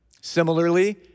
Similarly